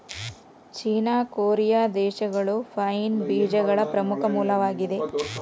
ಚೇನಾ, Korea ದೇಶಗಳು pine ಬೇಜಗಳ ಪ್ರಮುಖ ಮೂಲವಾಗಿದೆ